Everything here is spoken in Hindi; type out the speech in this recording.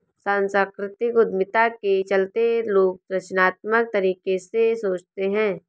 सांस्कृतिक उद्यमिता के चलते लोग रचनात्मक तरीके से सोचते हैं